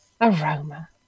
aroma